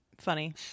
funny